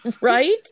Right